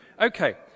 Okay